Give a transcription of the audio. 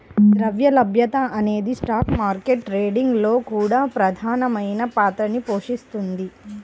ద్రవ్య లభ్యత అనేది స్టాక్ మార్కెట్ ట్రేడింగ్ లో కూడా ప్రధానమైన పాత్రని పోషిస్తుంది